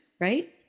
right